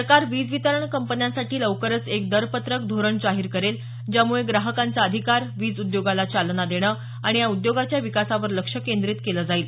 सरकार वीज वितरण कंपन्यांसाठी लवकरच एक दरपत्रक धोरण जाहीर करेल ज्यामुळे ग्राहकांचा अधिकार वीज उद्योगाला चालना देणं आणि या उद्योगाच्या विकासावर लक्ष केंद्रीत केलं जाईल